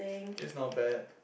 is not bad